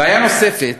בעיה נוספת,